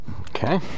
Okay